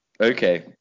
okay